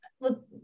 look